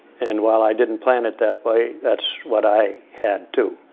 and while i didn't plan it that way, that's what i had, too.